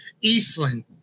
Eastland